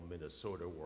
Minnesota